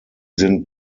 sind